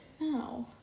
No